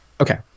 Okay